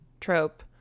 trope